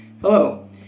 Hello